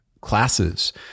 classes